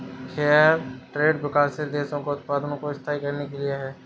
fair trade विकासशील देशों में उत्पादकों को स्थायी करने के लिए है